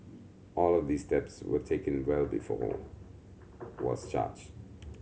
all of these steps were taken well before was charged